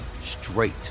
straight